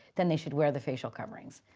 then they should wear the facial coverings.